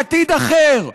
לעתיד אחר,